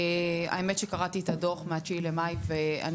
האמת שקראתי את הדוח מה-9 במאי ואני